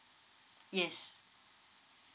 yes